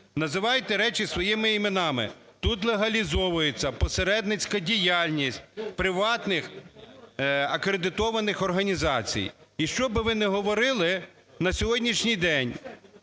Називайте речі своїми іменами. Тут легалізовується посередницька діяльність приватних акредитованих організацій. І щоб ви не говорили, на сьогоднішній день